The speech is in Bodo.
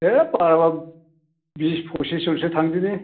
दे बाराब्ला बिस पसिसजनसो थांदिनि